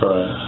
Right